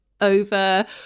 over